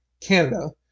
Canada